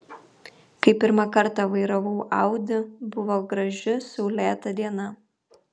kai pirmą kartą vairavau audi buvo graži saulėta diena